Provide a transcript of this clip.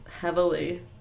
heavily